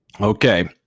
Okay